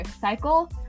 cycle